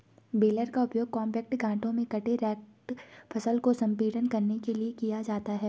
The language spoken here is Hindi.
बेलर का उपयोग कॉम्पैक्ट गांठों में कटे और रेक्ड फसल को संपीड़ित करने के लिए किया जाता है